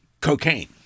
cocaine